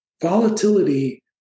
volatility